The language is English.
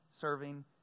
serving